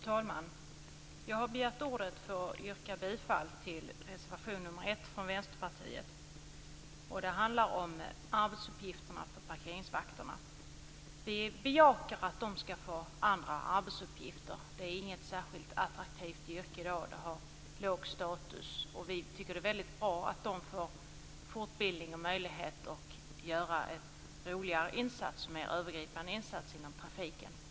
Fru talman! Jag har begärt ordet för att yrka bifall till reservation nr 1 från Vänsterpartiet. Den handlar om arbetsuppgifterna för parkeringsvakterna. Vi bejakar att de skall få andra arbetsuppgifter. Det är inget särskilt attraktivt yrke i dag. Det har låg status. Vi tycker att det är mycket bra att de får fortbildning och möjlighet att göra en roligare mer övergripande insats inom trafiken.